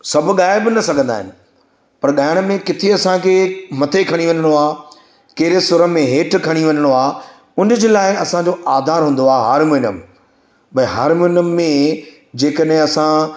सभु ॻाए बि न सघंदा आहिनि पर ॻाइण में किथे असांखे मथे खणी वञिणो आहे कहिड़े सुर में हेठि खणी वञिणो आहे हुनजे लाइ असांजो आधार हूंदो आहे हार्मोनियम भई हार्मोनियम में जे कॾहिं असां